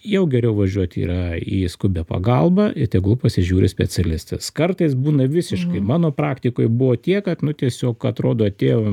jau geriau važiuoti yra į skubią pagalbą ir tegul pasižiūri specialistas kartais būna visiškai mano praktikoj buvo tiek kad nu tiesiog atrodo atėjo